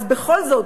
אז בכל זאת,